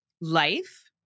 life